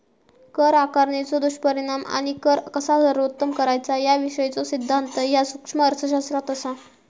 कर आकारणीचो दुष्परिणाम आणि कर कसा सर्वोत्तम करायचा याविषयीचो सिद्धांत ह्या सूक्ष्म अर्थशास्त्रात असा